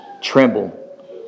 tremble